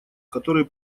который